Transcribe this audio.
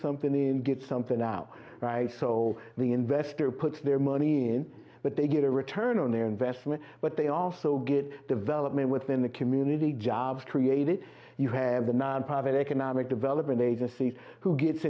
something in get something now right so the investor puts their money in but they get a return on their investment but they also get development within the community jobs created you have a nonprofit economic development agency who gets